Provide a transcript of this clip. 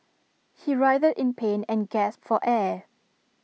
he writhed in pain and gasped for air